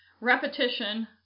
Repetition